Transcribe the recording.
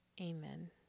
amen